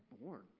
born